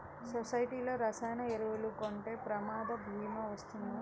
సొసైటీలో రసాయన ఎరువులు కొంటే ప్రమాద భీమా వస్తుందా?